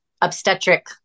obstetric